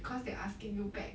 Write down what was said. cause they're asking you back